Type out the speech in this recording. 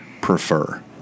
prefer